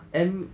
m